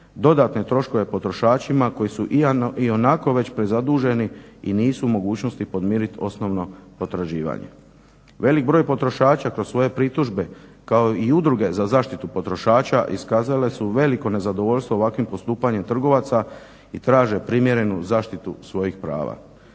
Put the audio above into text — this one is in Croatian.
dodatne troškove potrošačima koji su ionako već prezaduženi i nisu u mogućnosti podmiriti osnovno potraživanje. Velik broj potrošača kroz svoje pritužbe kao i udruge za zaštitu potrošača iskazale su veliko nezadovoljstvo ovakvim postupanjem trgovaca i traže primjerenu zaštitu svojih prava